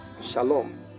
shalom